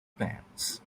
pants